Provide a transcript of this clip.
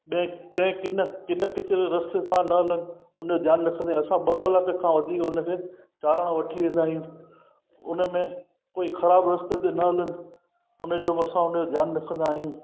ॿिए कंहिं किन किन किचिरे रस्ते सां न लॻियल हुनजो ध्यानु रखंदा आहियूं असां ॿ कलाक खां वधीक हुनखे चारण वठी वेंदा आहियूं हुन में कोई ख़राबु रस्ते ते न हलनि हुनजो बि असां हुनजो ध्यानु रखंदा आहियूं